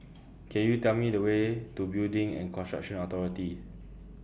Can YOU Tell Me The Way to Building and Construction Authority